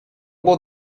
will